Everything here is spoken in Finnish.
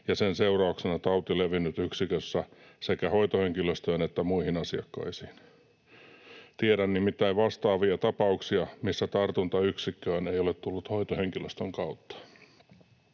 ja sen seurauksena tauti levinnyt yksikössä sekä hoitohenkilöstöön että muihin asiakkaisiin? Tiedän nimittäin vastaavia tapauksia, missä tartunta yksikköön ei ole tullut hoitohenkilöstön kautta.